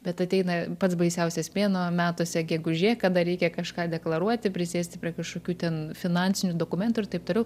bet ateina pats baisiausias mėnuo metuose gegužė kada reikia kažką deklaruoti prisėsti prie kažkokių ten finansinių dokumentų ir taip toliau